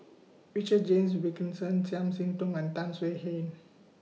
Richard James Wilkinson Chiam See Tong and Tan Swie Hian